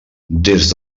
des